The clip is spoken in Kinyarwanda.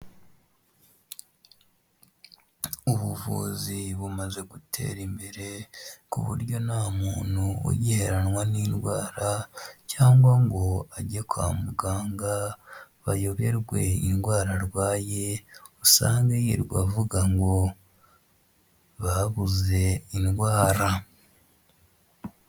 Ubuvuzi bumaze gutera imbere ku buryo nta muntu ugiheranwa n'indwara, cyangwa ngo age kwa muganga , bayoberwe indwara arwaye, usange yirwa avuga ngo babuze indwara.